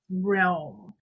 realm